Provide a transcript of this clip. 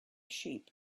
sheep